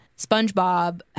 SpongeBob